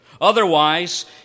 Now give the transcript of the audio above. Otherwise